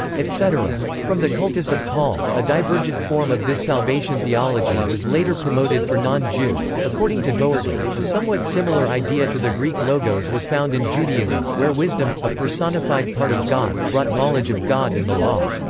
etc. from the cultus of paul, a divergent form of this salvation theology was later promoted for non-jews according to doherty, a somewhat similar idea to the greek logos was found in judaism, where wisdom, a personified part of god, brought knowledge of god and the law.